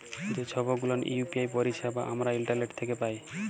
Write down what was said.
যে ছব গুলান ইউ.পি.আই পারিছেবা আমরা ইন্টারলেট থ্যাকে পায়